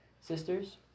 Sisters